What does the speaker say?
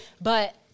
But-